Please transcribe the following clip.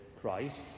Christ